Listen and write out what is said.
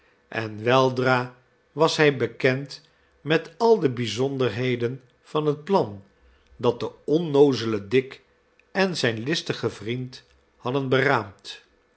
en weldra was hij bekend met al de bijzonderheden van het plan dat de onnoozele dick en zijn listige vriend hadden beraamd